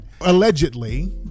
Allegedly